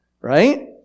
right